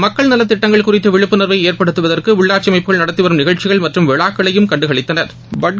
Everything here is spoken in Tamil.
மக்கள் நலத்திட்டங்கள் குறித்த விழிப்புணர்வை ஏற்படுத்துவதற்கு உள்ளாட்சி அமைப்புகள் நடத்திவரும் நிகழ்ச்சிகள் மற்றும் விழாக்களையும் கண்டுகளித்தனா்